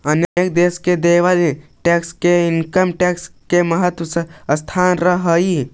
अनेक देश में देवल टैक्स मे के इनकम टैक्स के महत्वपूर्ण स्थान रहऽ हई